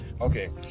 okay